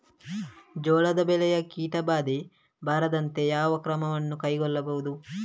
ಜೋಳದ ಬೆಳೆಗೆ ಕೀಟಬಾಧೆ ಬಾರದಂತೆ ಯಾವ ಕ್ರಮಗಳನ್ನು ಕೈಗೊಳ್ಳಬಹುದು?